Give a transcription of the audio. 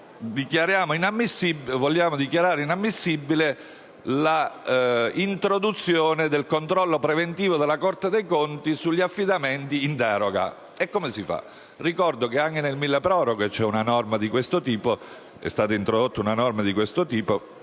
Parimenti, si dichiara improponibile l'introduzione del controllo preventivo della Corte dei conti sugli affidamenti in deroga. Come si fa? Ricordo che anche nel milleproroghe è stata introdotta una norma di questo tipo,